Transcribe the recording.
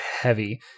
heavy